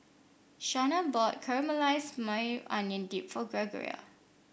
Shenna bought Caramelized Maui Onion Dip for Gregoria